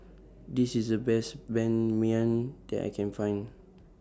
This IS The Best Ban Mian that I Can Find